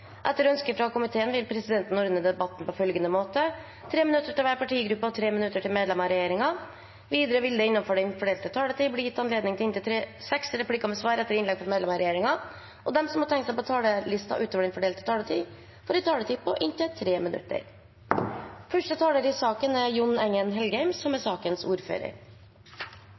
følgende måte: 3 minutter til hver partigruppe og 3 minutter til medlemmer av regjeringen. Videre vil det – innenfor den fordelte taletid – bli gitt anledning til inntil seks replikker med svar etter innlegg fra medlemmer av regjeringen, og de som måtte tegne seg på talerlisten utover den fordelte taletid, får også en taletid på inntil 3 minutter. Jeg vil takke komiteen for samarbeidet om denne saken.